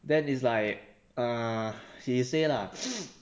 then it's like err he say lah